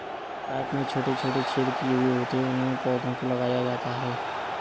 pipe में छोटे छोटे छेद किए हुए होते हैं उनमें पौधों को लगाया जाता है